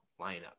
lineup